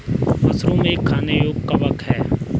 mushroom एक खाने योग्य कवक है